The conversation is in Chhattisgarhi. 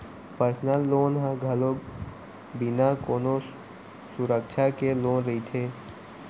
परसनल लोन ह घलोक बिना कोनो सुरक्छा के लोन रहिथे